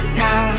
now